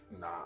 Nah